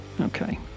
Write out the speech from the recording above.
Okay